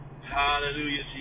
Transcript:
Hallelujah